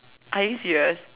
are you serious